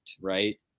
right